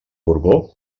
borbó